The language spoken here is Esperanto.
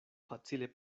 facile